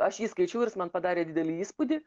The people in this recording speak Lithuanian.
aš jį skaičiau ir jis man padarė didelį įspūdį